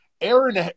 Aaron